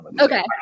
Okay